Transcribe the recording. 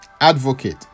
advocate